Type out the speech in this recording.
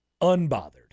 unbothered